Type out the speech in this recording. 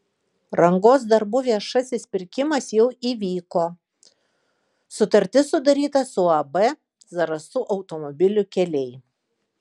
rangos darbų viešasis pirkimas jau įvyko sutartis sudaryta su uab zarasų automobilių keliai